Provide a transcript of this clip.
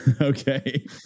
Okay